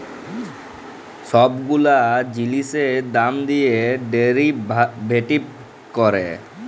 ছব গুলা জিলিসের দাম দিঁয়ে ডেরিভেটিভ ক্যরে